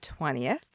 20th